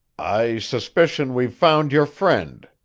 i suspicion we've found your friend,